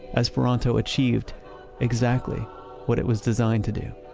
esperanto achieved exactly what it was designed to do